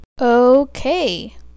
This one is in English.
Okay